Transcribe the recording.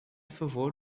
favor